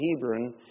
Hebron